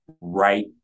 right